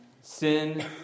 sin